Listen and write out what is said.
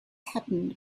happened